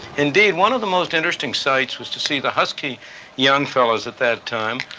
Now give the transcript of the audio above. indeed, one of the most interesting sights was to see the husky young fellows at that time,